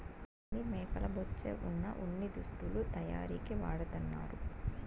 కాశ్మీర్ మేకల బొచ్చే వున ఉన్ని దుస్తులు తయారీకి వాడతన్నారు